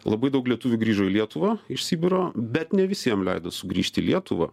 labai daug lietuvių grįžo į lietuvą iš sibiro bet ne visiem leido sugrįžt į lietuvą